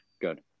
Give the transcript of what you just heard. good